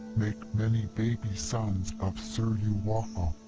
make many baby sons of suruwaha.